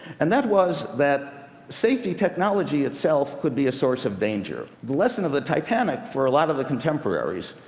and that was that safety technology itself could be a source of danger. the lesson of the titanic, for a lot of the contemporaries,